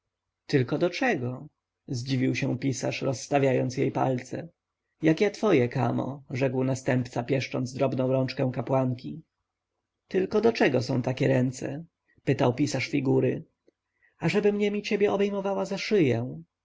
do czego zdziwił się pisarz rozstawiając jej palce jak ja twoje kamo rzekł następca pieszcząc drobną rączkę kapłanki tylko do czego są takie ręce pytał pisarz figury ażebym niemi ciebie obejmowała za szyję